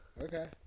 Okay